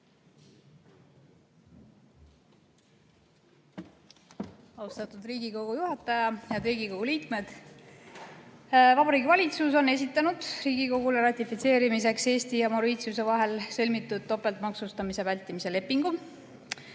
Austatud Riigikogu juhataja! Head Riigikogu liikmed! Vabariigi Valitsus on esitanud Riigikogule ratifitseerimiseks Eesti ja Mauritiuse vahel sõlmitud topeltmaksustamise vältimise lepingu.